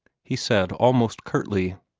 he said almost curtly.